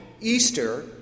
Easter